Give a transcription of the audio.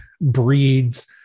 breeds